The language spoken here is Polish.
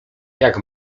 jak